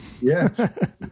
Yes